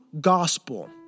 gospel